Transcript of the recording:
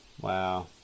Wow